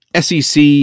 SEC